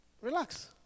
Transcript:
Relax